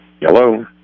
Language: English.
Hello